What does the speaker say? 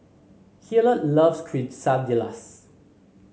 Hilliard loves Quesadillas